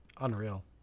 Unreal